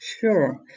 Sure